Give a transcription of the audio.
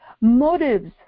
motives